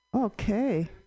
Okay